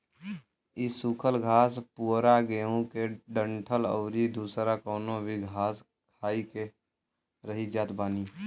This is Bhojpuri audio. इ सुखल घास पुअरा गेंहू के डंठल अउरी दुसर कवनो भी घास खाई के रही जात बानी